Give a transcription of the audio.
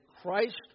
Christ